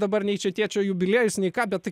dabar nei čia tėčio jubiliejus nei ką bet